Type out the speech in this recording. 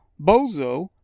bozo